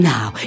Now